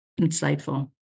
insightful